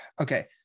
okay